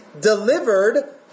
delivered